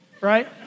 right